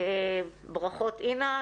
ברכות, אינה.